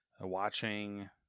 Watching